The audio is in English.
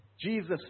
Jesus